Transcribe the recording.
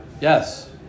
Yes